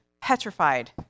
petrified